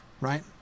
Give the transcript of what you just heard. right